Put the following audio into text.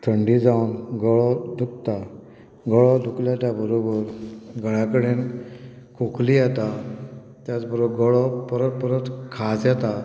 थंडी जावन गळो दुखता गळो दुखल्या त्या बरोबर गळ्या कडेन खोखली येता त्याच बरोबर गळो परत परत खाज येता